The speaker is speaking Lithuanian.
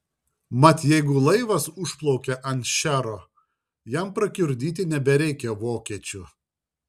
mat jeigu laivas užplaukia ant šchero jam prakiurdyti nebereikia vokiečių